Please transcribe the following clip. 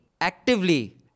actively